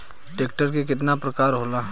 Tractor के केतना प्रकार होला?